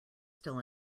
still